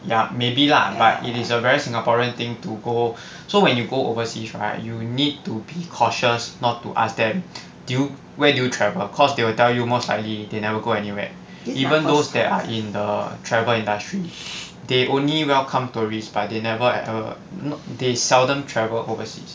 ya maybe lah but it is a very singaporean thing to go so when you go overseas right you need to be cautious not to ask them do you where do you travel cause they will tell you most likely they never go anywhere even those that are in the travel industry they only welcome tourists but they never at (err)ppo they seldom travel overseas